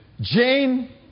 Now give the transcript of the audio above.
Jane